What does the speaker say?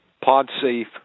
pod-safe